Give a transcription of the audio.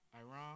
Iran